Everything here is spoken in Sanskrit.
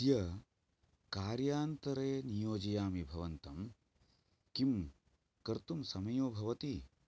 अद्य कार्यान्तरे नियोजयामि भवन्तं किं कर्तुं समयो भवति